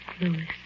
Lewis